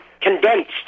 condensed